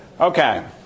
Okay